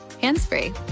hands-free